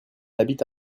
habite